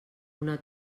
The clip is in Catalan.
una